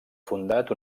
fundat